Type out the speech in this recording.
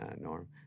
Norm